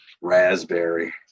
Raspberry